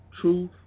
truth